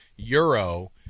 euro